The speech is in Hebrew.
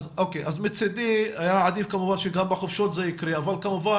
אז מצדי היה עדיף כמובן שגם בחופשות זה יקרה אבל כמובן